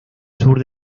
sur